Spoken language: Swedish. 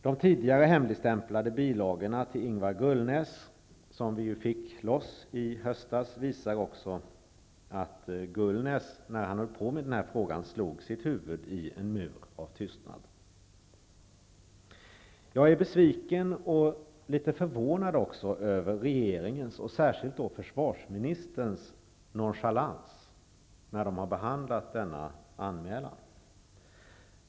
De tidigare hemligstämplade bilagorna till Ingvar Gullnäs, som vi ju fick loss i höstas, visar att också Ingvar Gullnäs slog huvudet i en mur av tystnad. Jag är besviken och litet förvånad över regeringens, särskilt försvarsministerns, nonchalans när man behandlat denna anmälan.